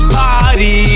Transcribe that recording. party